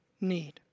need